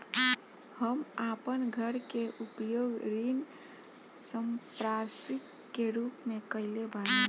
हम आपन घर के उपयोग ऋण संपार्श्विक के रूप में कइले बानी